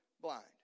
blind